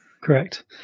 Correct